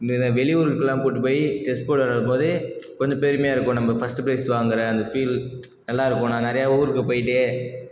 வெளி ஊருக்குலான் கூட்டி போய் செஸ் போர்ட் விளையாடும் போது கொஞ்சம் பெருமையாக இருக்குது நம்ப ஃபர்ஸ்ட் ப்ரைஸ் வாங்கிற அந்த ஃபீல் நல்லாருக்கும் நான் நிறைய ஊருக்கு போய்விட்டு